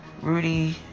rudy